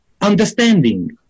understanding